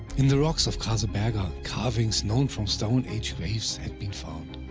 in the rocks of kaseberga carvings known from stone age graves had been found.